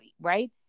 right